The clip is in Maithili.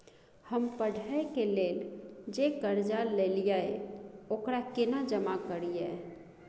हम पढ़े के लेल जे कर्जा ललिये ओकरा केना जमा करिए?